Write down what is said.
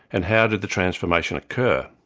and how did the transformation occur?